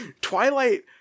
Twilight